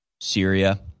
Syria